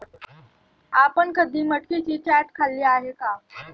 आपण कधी मटकीची चाट खाल्ली आहे का?